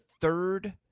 third